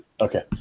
Okay